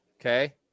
Okay